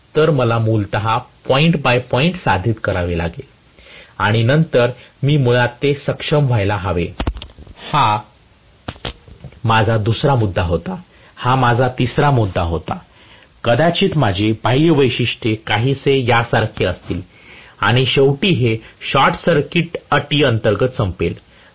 तर मला मूलत पॉईंट बाय पॉईंट साधित करावे लागेल आणि नंतर मी मुळात ते सक्षम व्हायला हवे हा माझा दुसरा मुद्दा होता माझा तिसरा मुद्दा होता कदाचित माझे बाह्य वैशिष्ट्ये काहीसे यासारखे असतील आणि शेवटी हे शॉर्ट सर्किट अटी अंतर्गत संपेल